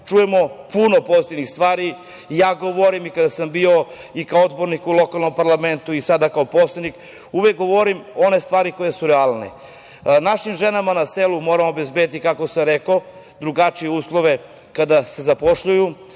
čujemo puno pozitivnih stvari. Kada sam bio odbornik u lokalnom parlamentu, govorio sam, i sada kao poslanik, uvek govorim one stvari koje su realne. Našim ženama na selu moramo obezbediti, kao što sam rekao, drugačije uslove kada se zapošljavaju,